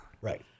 Right